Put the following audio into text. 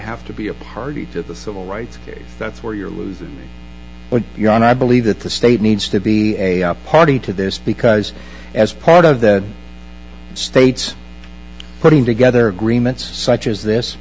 have to be a party to the civil rights case that's where you're losing on your own i believe that the state needs to be a party to this because as part of the state's putting together agreements such as this